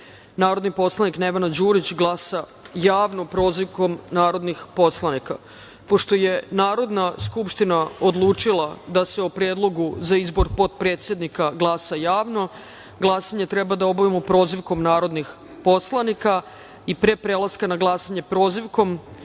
narodni poslanika Nevena Đurić glasa javno - prozivkom narodnih poslanika. Pošto je Narodna skupština odlučila da se o Predlogu za izbor potpredsednika glasa javno, glasanje treba da obavimo prozivkom narodnih poslanika i pre prelaska na glasanje prozivkom,